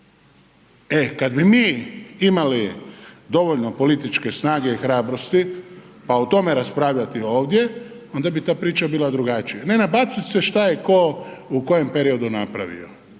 E kada bi mi imali dovoljno političke snage i hrabrosti pa o tome raspravljati ovdje onda bi ta priča bila drugačija. Ne nabacivat se šta je ko u kojem periodu napravio